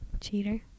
Cheater